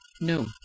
No